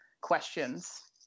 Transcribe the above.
questions